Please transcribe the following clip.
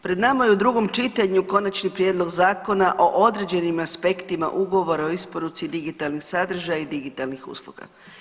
Pred nama je u drugom čitanju Konačni prijedlog zakona o određenim aspektima Ugovora o isporuci digitalnih sadržaja i digitalnih usluga.